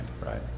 right